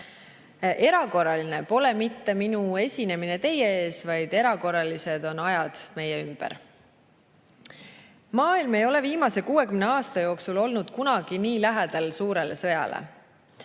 Erakorraline pole mitte minu esinemine teie ees, vaid erakorralised on ajad meie ümber. Maailm ei ole viimase 60 aasta jooksul olnud kunagi nii lähedal suurele sõjale.